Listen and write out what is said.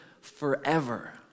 forever